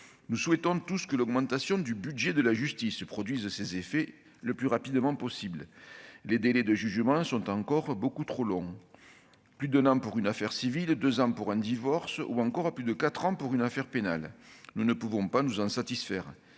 Nous souhaitons tous que l'augmentation du budget de la justice produise ses effets le plus rapidement possible. Les délais de jugement sont encore beaucoup trop longs : plus d'un an pour une affaire civile, deux ans pour un divorce et plus de quatre ans pour une affaire pénale. Nous ne pouvons pas nous en satisfaire.